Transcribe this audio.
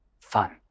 fun